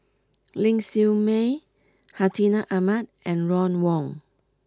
Ling Siew May Hartinah Ahmad and Ron Wong